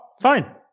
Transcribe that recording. fine